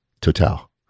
Total